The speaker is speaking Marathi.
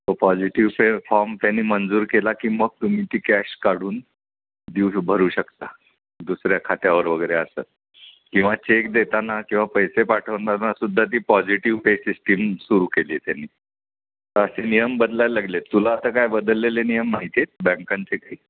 तो पॉझिटिव्ह फे फॉर्म त्यांनी मंजूर केला की मग तुम्ही ती कॅश काढून देऊ भरू शकता दुसऱ्या खात्यावर वगैरे असं किंवा चेक देताना किंवा पैसे पाठवणार ना सुद्धा ती पॉझिटिव्ह पे सिस्टीम सुरू केली त्यांनी तर असे नियम बदलायला लागले आहेत तुला आता काय बदललेले नियम माहिती आहेत बँकांचे काही